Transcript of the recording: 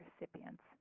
recipients